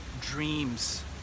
dreams